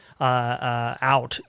out